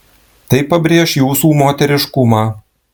tai pabrėš jūsų moteriškumą